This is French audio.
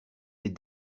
des